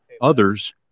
others